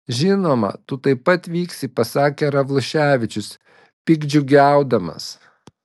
žinoma tu taip pat vyksi pasakė ravluševičius piktdžiugiaudamas